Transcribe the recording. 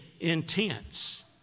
intense